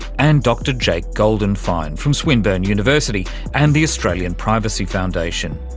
and dr jake goldenfein from swinburne university and the australian privacy foundation.